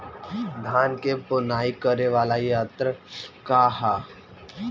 धान के बुवाई करे वाला यत्र का ह?